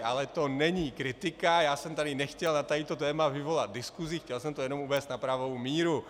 Ale to není kritika, já jsem tady nechtěl na toto téma vyvolat diskusi, chtěl jsem to jenom uvést na pravou míru.